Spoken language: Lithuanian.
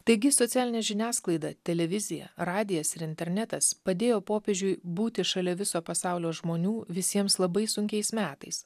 taigi socialinė žiniasklaida televizija radijas ir internetas padėjo popiežiui būti šalia viso pasaulio žmonių visiems labai sunkiais metais